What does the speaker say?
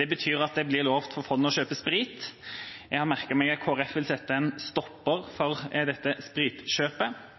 Det betyr at det blir lov for fondet å kjøpe sprit – jeg har merket meg at Kristelig Folkeparti vil sette en stopper for dette spritkjøpet,